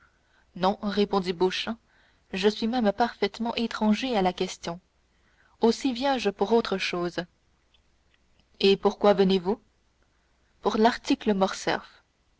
non répondit beauchamp je suis même parfaitement étranger à la question aussi viens-je pour autre chose et pourquoi venez-vous pour l'article morcerf